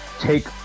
take